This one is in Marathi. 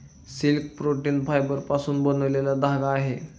सिल्क प्रोटीन फायबरपासून बनलेला धागा आहे